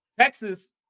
Texas